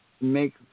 make